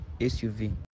SUV